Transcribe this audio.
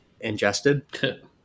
ingested